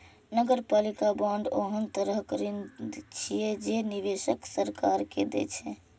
नगरपालिका बांड ओहन तरहक ऋण छियै, जे निवेशक सरकार के दै छै